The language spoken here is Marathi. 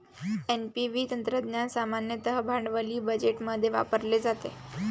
एन.पी.व्ही तंत्रज्ञान सामान्यतः भांडवली बजेटमध्ये वापरले जाते